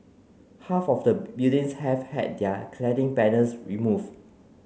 half of the buildings have had their cladding panels removed